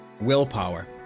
willpower